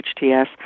HTS